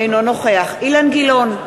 אינו נוכח אילן גילאון,